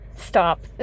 stop